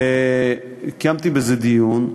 וקיימתי על זה דיון.